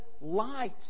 light